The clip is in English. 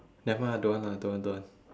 nevermind lah don't want lah don't want don't want